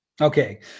okay